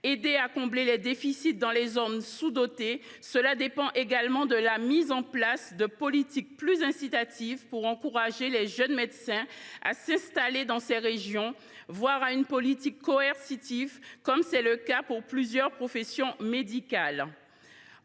aider à combler les déficits dans les zones sous dotées, cela dépend également de la mise en place de politiques plus incitatives pour encourager les jeunes médecins à s’installer dans ces régions, voire de la mise en place d’une politique coercitive, comme c’est le cas pour plusieurs professions médicales.